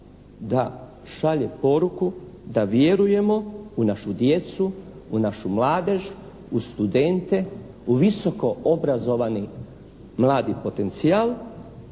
da šalje poruku da vjerujemo u našu djecu, u našu mladež, u studente, u visoko obrazovani mladi potencijal